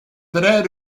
très